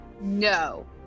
No